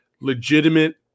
legitimate